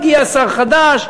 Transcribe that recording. הגיע שר חדש,